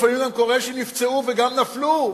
לפעמים גם קורה שנפצעו וגם נפלו,